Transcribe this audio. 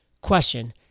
Question